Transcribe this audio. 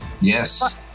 Yes